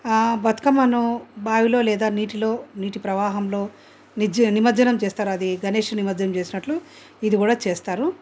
బతుకమ్మను బావిలో లేదా నీటిలో నీటి ప్రవాహంలో నిమజ్జనం చేస్తారు అది గణేష్ నిమజ్జనం చేసినట్లు ఇది కూడా చేస్తారు